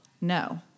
No